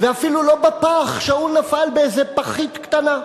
ואפילו לא בפח, שאול נפל באיזה פחית קטנה.